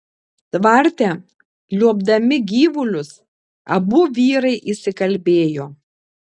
tvarte liuobdami gyvulius abu vyrai įsikalbėjo